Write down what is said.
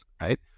right